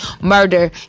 murder